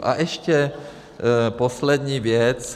A ještě poslední věc.